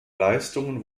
leistungen